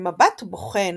במבט בוחן